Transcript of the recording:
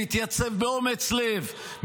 להתייצב באומץ לב,